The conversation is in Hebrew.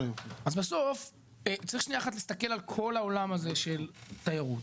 אז בסוף צריך שניה אחת להסתכל על כל העולם הזה של התיירות.